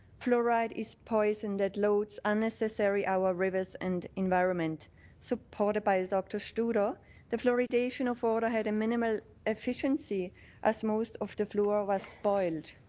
fluoride is poison that unloads and necessary our rivers and environment supported by a doctor, ah the fluoridation of water had a minimal efficiency as most of the fluoride was boiled.